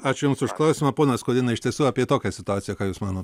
ačiū jums už klausimą ponia skuodiene iš tiesų apie tokią situaciją ką jūs manot